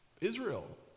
Israel